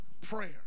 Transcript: prayer